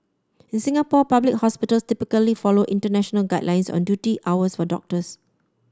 in Singapore public hospital typically follow international guidelines on duty hours for doctors